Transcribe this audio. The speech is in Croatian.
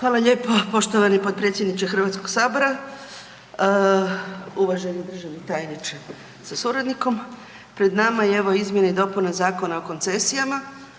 Hvala lijepo poštovani potpredsjedniče Hrvatskog sabora, uvaženi državni tajniče sa suradnikom. Pred nama je evo izmjene i dopuna Zakona o koncesijama,